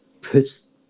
puts